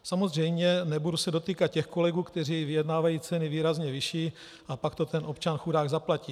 Samozřejmě nebudu se dotýkat těch kolegů, kteří vyjednávají ceny výrazně vyšší a pak to ten občan chudák zaplatí.